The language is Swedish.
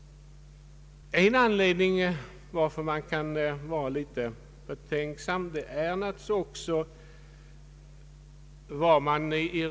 Man kan naturligtvis fråga sig vad reservanterna egentligen menar i detta sammanhang.